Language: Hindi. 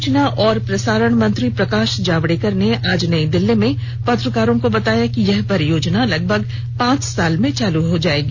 सूचना और प्रसारण मंत्री प्रकाश जावडेकर ने आज नई दिल्लीज में पत्रकारों को बताया कि यह परियोजना लंगभग पांच साल में चालू हो जाएगी